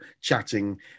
chatting